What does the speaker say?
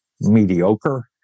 mediocre